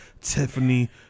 tiffany